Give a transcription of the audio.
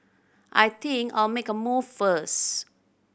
I think I'll make a move first